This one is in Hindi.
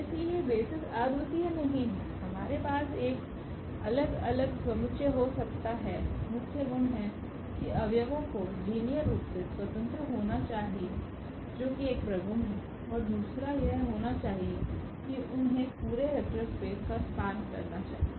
इसलिए बेसिस अद्वितीय नहीं हैं हमारे पास एक अलग अलग समुच्चय हो सकता है मुख्य गुण हैं की अव्यवो को लीनियर रूप से स्वतंत्र होना चाहिए जो कि एक प्रगुण है और दूसरा यह होना चाहिए कि उन्हें पूरे वेक्टर स्पेस का स्पान करना चाहिए